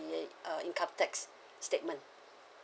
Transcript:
uh income tax statement